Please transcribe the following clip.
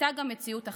הייתה גם מציאות אחרת,